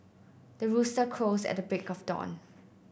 the rooster crows at the break of dawn